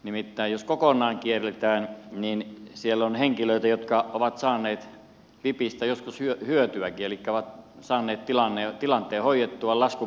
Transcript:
nimittäin jos kokonaan kielletään niin siellä on henkilöitä jotka ovat saaneet vipistä joskus hyötyäkin elikkä ovat saaneet tilanteen hoidettua laskun maksettua